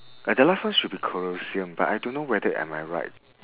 and the last one should be colosseum but I don't know whether am I right